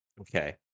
Okay